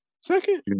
second